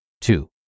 Two